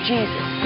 Jesus